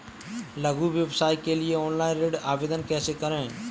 लघु व्यवसाय के लिए ऑनलाइन ऋण आवेदन कैसे करें?